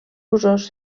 usos